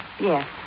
Yes